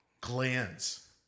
Glands